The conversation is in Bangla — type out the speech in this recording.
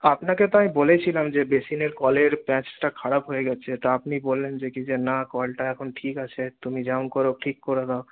আপনাকে তো আমি বলেছিলাম যে বেসিনের কলের প্যাঁচটা খারাপ হয়ে গেছে তো আপনি বললেন কি যে না কলটা এখন ঠিক আছে তুমি যেমন করে হোক ঠিক করে দাও